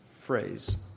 phrase